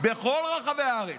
בכל רחבי הארץ,